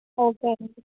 okay అండి